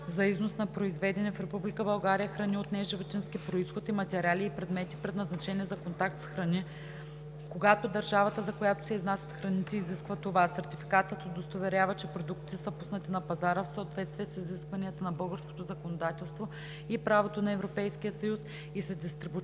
за износ на произведени в Република България храни от неживотински произход и материали и предмети, предназначени за контакт с храни, когато държавата, за която се изнасят храните, изисква това. Сертификатът удостоверява, че продуктите са пуснати на пазара в съответствие с изискванията на българското законодателство и правото на Европейския съюз и се дистрибутират